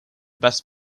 better